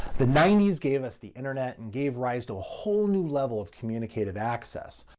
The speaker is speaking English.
the ninety s gave us the internet and gave rise to a whole new level of communicative access.